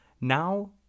Now